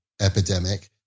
epidemic